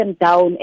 down